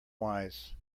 wise